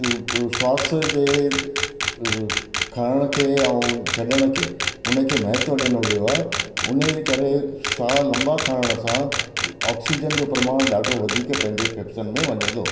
श्वास जे खणण खे ऐं छॾण खे उनखे महत्व ॾिनो वियो आहे उने करे साहु लंबा खणण सां ऑक्सीजन जो प्रमाण ॾाढो वधीक पंहिंजे फ़ेफ़ड़नि में वञे थो